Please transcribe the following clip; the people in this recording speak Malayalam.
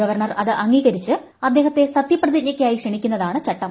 ഗവർണർ അത് അംഗീകരിച്ച് അദ്ദേഹത്തെ സത്യപ്രതിജ്ഞക്കായി ക്ഷണിക്കുന്നതാണ് ചട്ടം